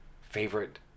Favorite